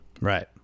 Right